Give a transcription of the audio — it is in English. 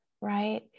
right